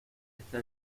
está